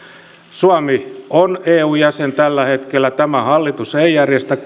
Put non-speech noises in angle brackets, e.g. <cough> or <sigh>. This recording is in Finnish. suomi on eu jäsen tällä hetkellä tämä hallitus ei järjestä <unintelligible>